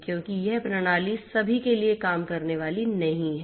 क्योंकि यह प्रणाली सभी के लिए काम करने वाली नहीं है